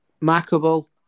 markable